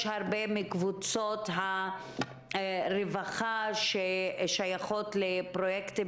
יש הרבה קבוצות רווחה ששייכות לפרויקטים